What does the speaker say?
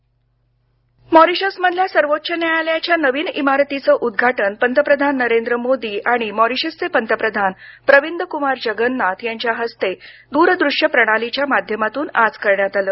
Mauritius मॉरीशसमधल्या सर्वोच्च न्यायालयाच्या नव्या इमारतीचं उद्घाटन पंतप्रधान नरेंद्र मोदी आणि मॉरीशसचे पंतप्रधान प्रविंद कुमार जगन्नाथ यांच्या हस्ते दूरदृश्य प्रणालीच्या माध्यमातून आज करण्यात आलं